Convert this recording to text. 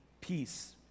peace